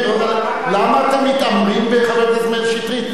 למה אתם מתעמרים בחבר הכנסת מאיר שטרית?